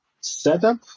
setup